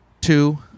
two